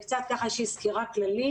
קצת איזושהי סקירה כללית.